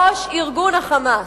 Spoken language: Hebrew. ראש ארגון ה"חמאס"?